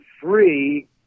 free